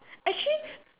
actually